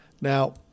Now